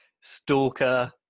stalker